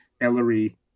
Ellery